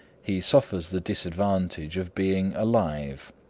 he suffers the disadvantage of being alive.